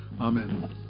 Amen